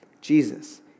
Jesus